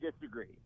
disagree